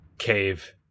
Cave